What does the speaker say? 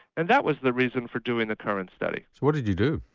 and that was the reason for doing the current study. so what did you do?